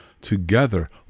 Together